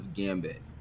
gambit